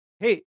Hey